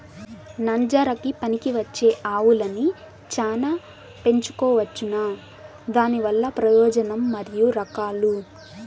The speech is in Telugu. నంజరకి పనికివచ్చే ఆవులని చానా పెంచుకోవచ్చునా? దానివల్ల ప్రయోజనం మరియు రకాలు?